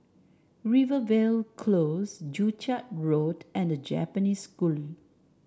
Rivervale Close Joo Chiat Road and The Japanese School